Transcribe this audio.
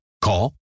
Call